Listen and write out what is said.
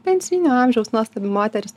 pensijinio amžiaus nuostabi moteris